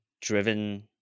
driven